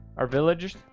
our village